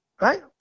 right